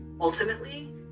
ultimately